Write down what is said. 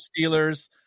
Steelers